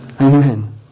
Amen